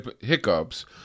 hiccups